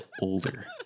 older